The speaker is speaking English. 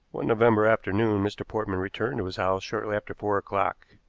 one november afternoon mr. portman returned to his house shortly after four o'clock.